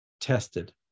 tested